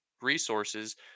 resources